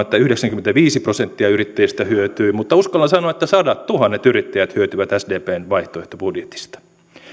että yhdeksänkymmentäviisi prosenttia yrittäjistä hyötyy mutta uskallan sanoa että sadattuhannet yrittäjät hyötyvät sdpn vaihtoehtobudjetista